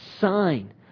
sign